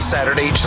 Saturday